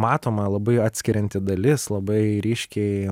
matoma labai atskirianti dalis labai ryškiai